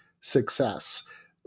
success